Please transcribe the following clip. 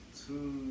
two